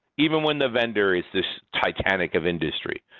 even when the vendor is this titanic of industry.